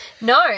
No